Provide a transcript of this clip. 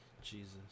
Jesus